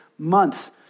Months